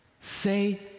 say